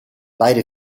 beide